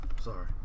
Sorry